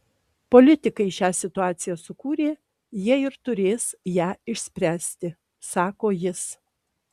politikai šią situaciją sukūrė jie ir turės ją išspręsti sako jis